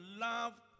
love